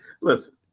listen